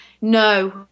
no